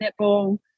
netball